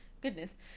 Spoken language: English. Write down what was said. goodness